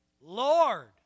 Lord